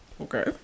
Okay